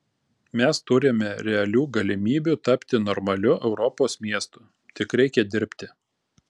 mes turime realių galimybių tapti normaliu europos miestu tik reikia dirbti